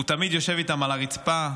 הוא תמיד יושב איתם על הרצפה,